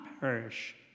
perish